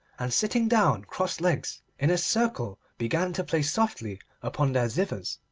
and sitting down cross-legs, in a circle, began to play softly upon their zithers,